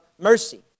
mercy